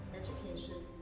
education